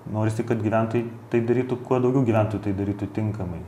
norisi kad gyventojai tai darytų kuo daugiau gyventojų tai darytų tinkamai